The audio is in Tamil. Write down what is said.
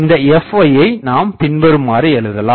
இந்த Fyஐ நாம் பின்வருமாறு எழுதலாம்